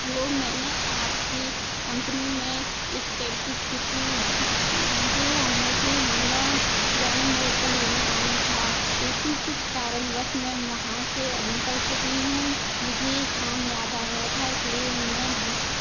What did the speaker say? hello मैंने आपकी company में एक केब बुक की थी जिस जो हम मुझे नॉन बेनिम मोड पर लेने आना था लेकिन कुछ कारण बस मैं वहाँ से निकल चुकी हूँ मुझे एक काम याद आ गया था इसलिए मैं